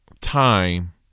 time